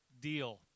Deal